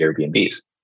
Airbnb's